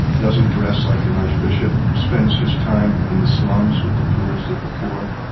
doesn't dress like an archbishop, spends his time in the slums with the poorest of the poor,